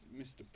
Mr